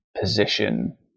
position